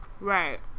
Right